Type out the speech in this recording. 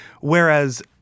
whereas